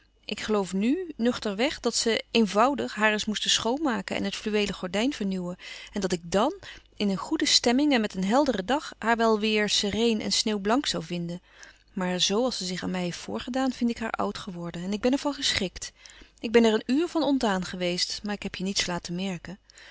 ik geloof nù nuchter weg dat ze eenvoudig haar eens moesten schoonmaken en het fluweelen gordijn vernieuwen en dat ik dàn in een goede stemming en met een helderen dag haar wel weêr sereen en sneeuwblank zoû vinden maar zoo als ze zich aan mij heeft voorgedaan vind ik haar oud geworden en ben ik er van geschrikt ik ben er een uur van ontdaan geweest maar ik heb je niets laten merken